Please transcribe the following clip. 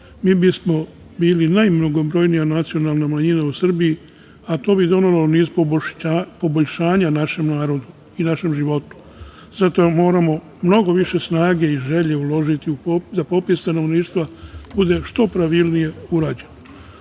mi bismo bili najmnogobrojnija nacionalna manjina u Srbiji, a to bi donelo niz poboljšanja našem narodu i našem životu. Zato moramo mnogo više snage i želje uložiti da popis stanovništva bude što pravilnije urađen. Romi